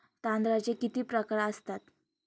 तांदळाचे किती प्रकार असतात?